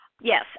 Yes